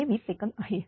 हे 20 सेकंद आहे